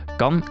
kan